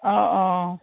অঁ অঁ